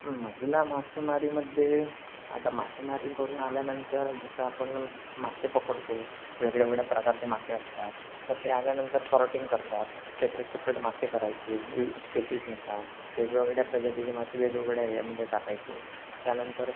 महिला मासेमारीमध्ये आता मासेमारी करून आल्यानंतर जसं आपण मासे पकडतो वेगळ्या वेगळ्या प्रकारचे मासे असतात तर ते आल्यानंतर सॉरटिंग करतात सेपरेट सेपरेट मासे करायचे स्पेसीजनुसार वेगवेगळ्या प्रजातीचे मासे वेगवेगळ्या याच्यामध्ये टाकायचे त्यानंतर